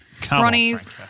Ronnies